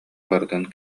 барытын